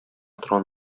торган